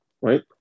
right